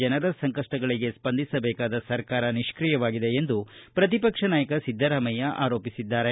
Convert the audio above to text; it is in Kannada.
ಜನರ ಸಂಕಷ್ಟಗಳಿಗೆ ಸ್ಪಂದಿಸಬೇಕಾದ ಸರ್ಕಾರ ನಿಷ್ಕಿಯವಾಗಿದೆ ಎಂದು ಪ್ರತಿಪಕ್ಷ ನಾಯಕ ಸಿದ್ದರಾಮಯ್ಯ ಆರೋಪಿಸಿದ್ದಾರೆ